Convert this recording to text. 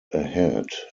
ahead